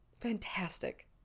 Fantastic